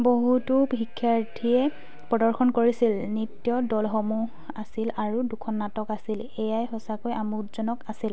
বহুতো শিক্ষাৰ্থীয়ে প্ৰদৰ্শন কৰিছিল নৃত্য দলসমূহ আছিল আৰু দুখন নাটক আছিল এইয়াই সঁচাকৈ আমোদজনক আছিল